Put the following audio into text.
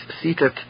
seated